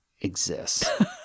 exists